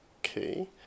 Okay